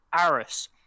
Aris